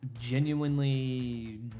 genuinely